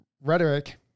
rhetoric